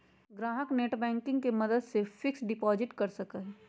ग्राहक नेटबैंकिंग के मदद से फिक्स्ड डिपाजिट कर सका हई